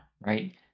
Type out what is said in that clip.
right